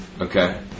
Okay